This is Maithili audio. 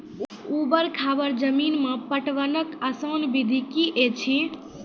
ऊवर खाबड़ जमीन मे पटवनक आसान विधि की ऐछि?